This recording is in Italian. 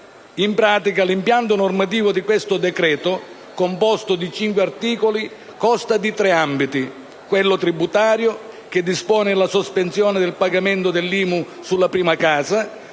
In pratica, l'impianto normativo di questo decreto, composto di cinque articoli, consta di tre ambiti: quello tributario, che dispone la sospensione del pagamento dell'IMU sulla prima casa;